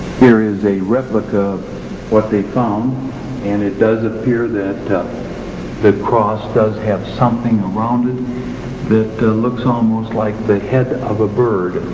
here is a replica of what they found and it does appear that the cross does have something around and that looks almost like the head of a bird.